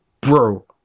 bro